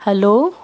hello